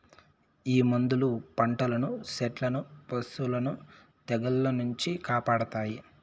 ఈ మందులు పంటలను సెట్లను పశులను తెగుళ్ల నుంచి కాపాడతాయి